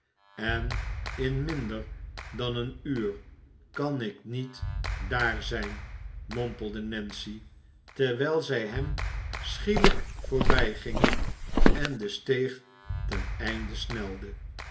en in minder dan een uur kan ik niet daar zijn mompelde nancy terwijl zij hem schielijk voorbijging en de steeg ten einde snelde